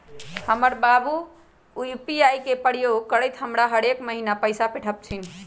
हमर बाबू यू.पी.आई के प्रयोग करइते हमरा हरेक महिन्ना पैइसा पेठबइ छिन्ह